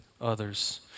others